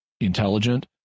intelligent